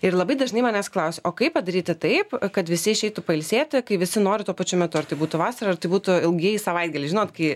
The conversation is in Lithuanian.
ir labai dažnai manęs klausia o kaip padaryti taip kad visi išeitų pailsėti kai visi nori tuo pačiu metu ar tai būtų vasarą ar tai būtų ilgieji savaitgaliai žinot kai